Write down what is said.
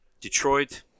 Detroit